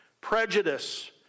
prejudice